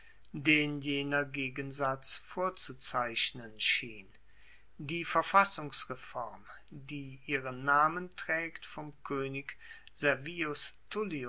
den jener gegensatz vorzuzeichnen schien die verfassungsreform die ihren namen traegt vom koenig servius